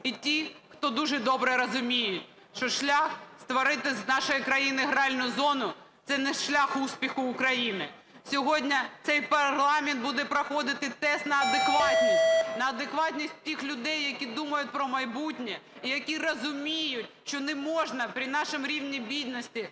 і ті, хто дуже добре розуміють, що шлях створити з нашої країни гральну зону – це не шлях успіху України. Сьогодні цей парламент буде проходити тест на адекватність, на адекватність тих людей, які думають про майбутнє і які розуміють, що не можна при нашому рівні бідності